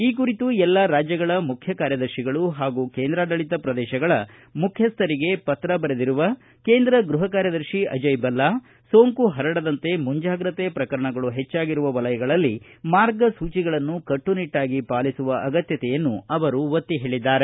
ಈ ಕುರಿತು ಎಲ್ಲಾ ರಾಜ್ಯಗಳ ಮುಖ್ಯ ಕಾರ್ಯದರ್ಶಿಗಳು ಹಾಗೂ ಕೇಂದ್ರಾಡಳಿತ ಪ್ರದೇಶಗಳ ಮುಖ್ಯಸ್ಥರಿಗೆ ಪತ್ರ ಬರೆದಿರುವ ಕೇಂದ್ರ ಗೃಹ ಕಾರ್ಯದರ್ಶಿ ಅಜಯ್ ಬಲ್ಲಾ ಸೋಂಕು ಪರಡದಂತೆ ಮುಂಜಾಗ್ರತೆ ಪ್ರಕರಣಗಳು ಹೆಚ್ಚಾಗಿರುವ ವಲಯಗಳಲ್ಲಿ ಮಾರ್ಗಸೂಚಿಗಳನ್ನು ಕಟ್ಟುನಿಟ್ಟಾಗಿ ಪಾಲಿಸುವ ಅಗತ್ತತೆಯನ್ನು ಅವರು ಒತ್ತಿ ಹೇಳಿದ್ದಾರೆ